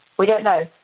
we don't know.